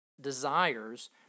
desires